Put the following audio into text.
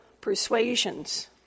persuasions